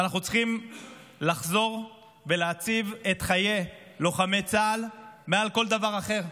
אנחנו צריכים לחזור ולהציב את חיי לוחמי צה"ל מעל כל דבר אחר.